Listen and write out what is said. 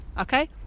Okay